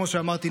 כמו שאמרתי,